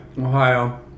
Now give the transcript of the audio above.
Ohio